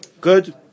Good